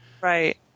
Right